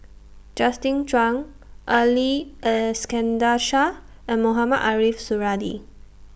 Justin Zhuang Ali Iskandar Shah and Mohamed Ariff Suradi